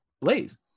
Blaze